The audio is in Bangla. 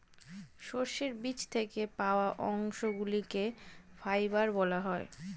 সর্ষের বীজ থেকে পাওয়া অংশগুলিকে ফাইবার বলা হয়